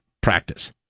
practice